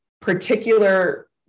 particular